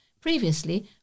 Previously